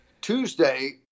Tuesday